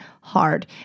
hard